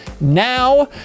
now